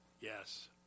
yes